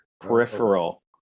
peripheral